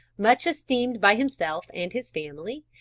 much esteemed by himself and his family,